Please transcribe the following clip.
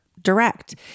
direct